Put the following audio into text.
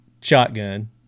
shotgun